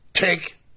Take